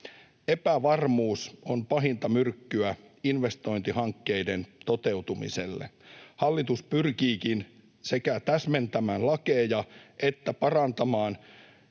Epävarmuus on pahinta myrkkyä investointihankkeiden toteutumiselle. Hallitus pyrkiikin sekä täsmentämään lakeja että parantamaan